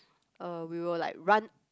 uh we will like run